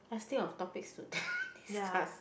must think of topics to discuss